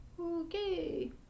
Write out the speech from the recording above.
Okay